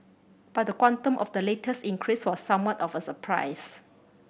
but the quantum of the latest increase was somewhat of a surprise